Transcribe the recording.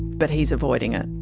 but he's avoiding it.